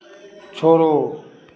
छोड़ो